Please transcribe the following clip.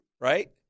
right